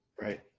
Right